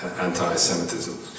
anti-Semitism